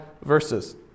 verses